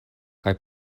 kaj